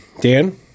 Dan